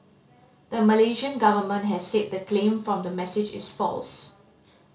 the Malaysian government has said the claim from the message is false